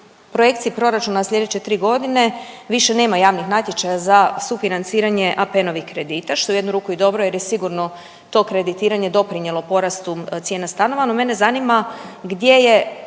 projekciji proračuna slijedeće tri godine više nema javnih natječaja za sufinanciranje APN-ovih kredita, što je u jednu ruku i dobro jer je sigurno to kreditiranje doprinijelo porastu cijena stanova no mene zanima gdje je